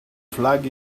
flag